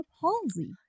palsy